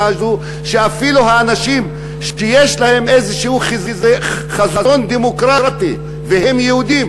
הזו שאפילו האנשים שיש להם איזשהו חזון דמוקרטי והם יהודים,